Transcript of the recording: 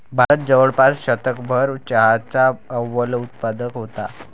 भारत जवळपास शतकभर चहाचा अव्वल उत्पादक होता